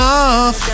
off